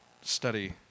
study